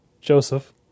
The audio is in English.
Joseph